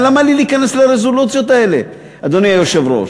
למה לי להיכנס לרזולוציות האלה, אדוני היושב-ראש?